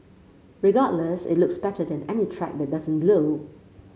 regardless it looks better than any track that doesn't glow